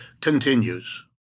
continues